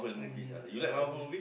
un~ yeah understood